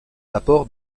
apports